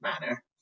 manner